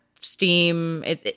Steam